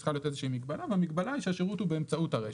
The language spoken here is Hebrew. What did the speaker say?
צריכה להיות איזושהי מגבלה והמגבלה היא שהשירות הוא באמצעות הרשת.